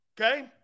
Okay